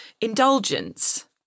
indulgence